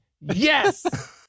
Yes